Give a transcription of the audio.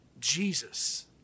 Jesus